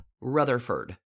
Rutherford